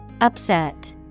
Upset